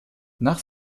nach